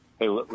Hey